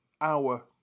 hour